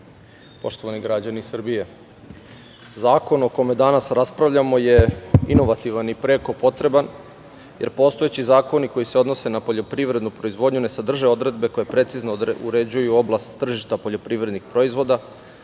poštovani građani Srbije. Zakon o kome danas raspravljamo je inovativan i preko potreban jer postoji zakoni koji se odnose na poljoprivrednu proizvodnju ne sadrže odredbe koje precizno uređuju oblast tržišta poljoprivrednih proizvoda,